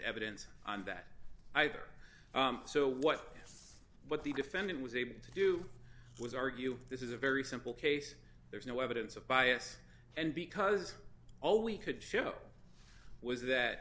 evidence on that either so what what the defendant was able to do was argue this is a very simple case there is no evidence of bias and because all we could show was that